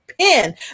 pen